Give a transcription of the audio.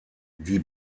die